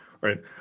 right